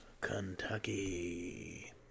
Kentucky